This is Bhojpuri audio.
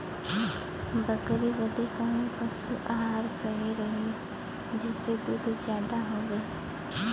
बकरी बदे कवन पशु आहार सही रही जेसे दूध ज्यादा होवे?